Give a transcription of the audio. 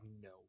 no